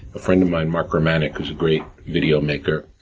a friend of mine, mark romanek, who's a great video maker,